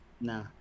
Nah